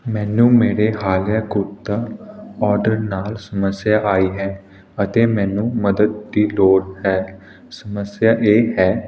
ਮੈਨੂੰ ਮੇਰੇ ਹਾਲੀਆ ਕੁਰਤਾ ਆਰਡਰ ਨਾਲ ਸਮੱਸਿਆ ਆਈ ਹੈ ਅਤੇ ਮੈਨੂੰ ਮਦਦ ਦੀ ਲੋੜ ਹੈ ਸਮੱਸਿਆ ਇਹ ਹੈ